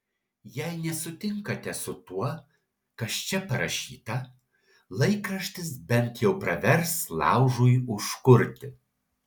jei nesutinkate su tuo kas čia parašyta laikraštis bent jau pravers laužui užkurti